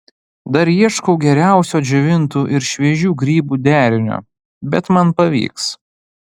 dar ieškau geriausio džiovintų ir šviežių grybų derinio bet man pavyks